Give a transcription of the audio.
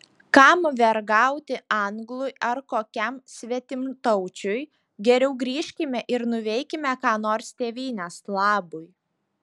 kam vergauti anglui ar kokiam svetimtaučiui geriau grįžkime ir nuveikime ką nors tėvynės labui